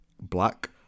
black